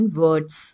words